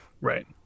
Right